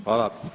Hvala.